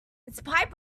inspired